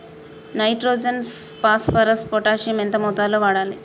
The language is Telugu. నైట్రోజన్ ఫాస్ఫరస్ పొటాషియం ఎంత మోతాదు లో వాడాలి?